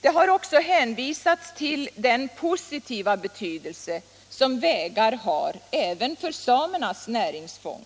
Det har även hänvisats till den positiva betydelse som vägar har även för samernas näringsfång.